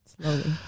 Slowly